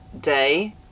Day